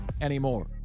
anymore